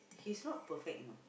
he's not perfect you know